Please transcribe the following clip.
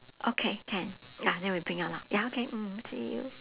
okay can ya then we bring out lor ya okay mm see you